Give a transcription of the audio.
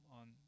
on